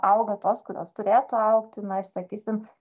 auga tos kurios turėtų augti na ir sakysim